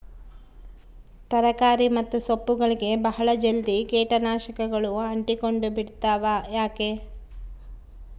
ತರಕಾರಿ ಮತ್ತು ಸೊಪ್ಪುಗಳಗೆ ಬಹಳ ಜಲ್ದಿ ಕೇಟ ನಾಶಕಗಳು ಅಂಟಿಕೊಂಡ ಬಿಡ್ತವಾ ಯಾಕೆ?